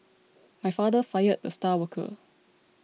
my father fired the star worker